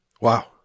Wow